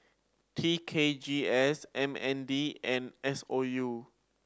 T K G S M N D and S O U